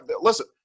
listen –